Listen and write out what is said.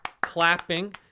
clapping